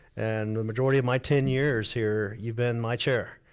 and the majority of my ten years here, you've been my chair.